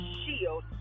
shield